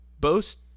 boast